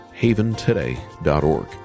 haventoday.org